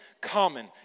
common